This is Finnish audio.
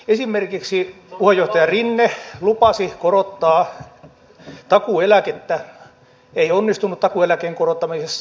esimerkiksi puheenjohtaja rinne lupasi korottaa takuueläkettä ei onnistunut takuueläkkeen korottamisessa